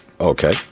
Okay